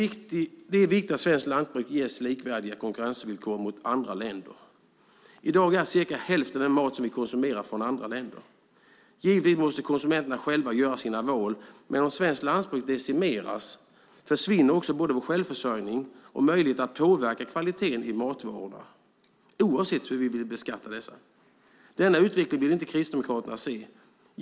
Det är viktigt att svenskt lantbruk ges likvärdiga konkurrensvillkor mot andra länder. I dag kommer cirka hälften av den mat som vi konsumerar från andra länder. Givetvis måste konsumenterna själva göra sina val, men om svenskt lantbruk reduceras försvinner också både vår självförsörjning och vår möjlighet att påverka kvaliteten i matvarorna, oavsett hur vi vill beskatta dessa. Denna utveckling vill inte Kristdemokraterna se.